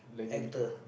actor